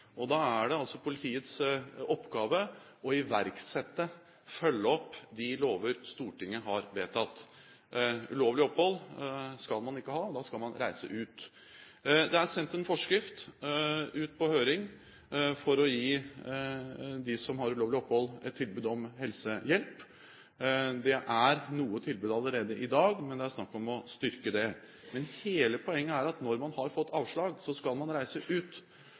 Og da er det altså politiets oppgave å iverksette – følge opp – de lover Stortinget har vedtatt. Ulovlig opphold skal man ikke ha. Da skal man reise ut. Det er sendt en forskrift ut på høring for å gi dem som har ulovlig opphold, et tilbud om helsehjelp. Det er noe tilbud allerede i dag, men det er snakk om å styrke det. Men hele poenget er at når man har fått avslag, skal man reise ut.